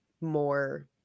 more